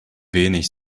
wenig